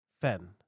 Fen